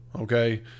okay